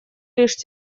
лишь